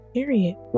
Period